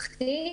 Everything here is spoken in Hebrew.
--- הנוכחית.